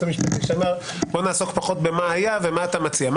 המשפטי שנעסוק פחות במה היה אלא מה אתה מציע.